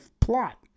plot